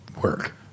work